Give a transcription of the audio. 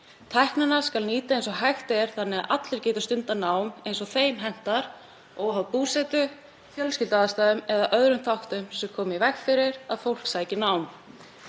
Tæknina skal nýta eins og hægt er þannig að allir geti stundað nám eins og þeim hentar, óháð búsetu, fjölskylduaðstæðum eða öðrum þáttum sem koma í veg fyrir að fólk sæki nám.